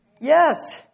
Yes